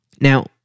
Now